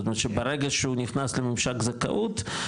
זאת אומרת שברגע שהוא נכנס לממשק זכאות,